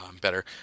better